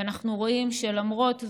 ואנחנו רואים שלמרות זאת,